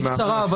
בקצרה.